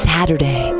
Saturday